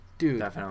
Dude